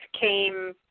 came